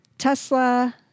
Tesla